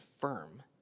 firm